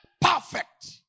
perfect